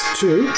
two